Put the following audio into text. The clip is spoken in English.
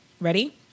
Ready